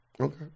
Okay